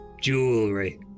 Jewelry